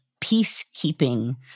peacekeeping